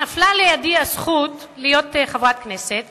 נפלה לידי הזכות להיות חברת כנסת